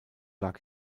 lag